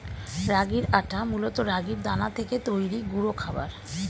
রাগির আটা মূলত রাগির দানা থেকে তৈরি গুঁড়ো খাবার